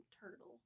turtle